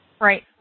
Right